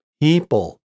people